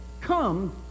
come